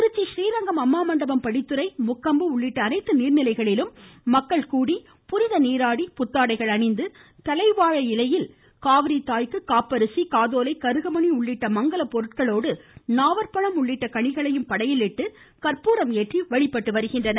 திருச்சி றீரங்கம் அம்மா மண்டபம் படித்துறை முக்கொம்பு உள்ளிட்ட அனைத்து நீர்நிலைகளிலும் மக்கள் கூடி புனித நீராடி புத்தாடைகள் அணிந்து தலைவாழை இலையில் காவிரி தாய்க்கு காப்பரிசி காதோலை கருகமணி உள்ளிட்ட மங்கல பொருட்களோடு நாவல்பழம் உள்ளிட்ட கனிகளையும் படையலிட்டு கற்பூரம் ஏற்றி மனமுருக வழிபடுகின்றனர்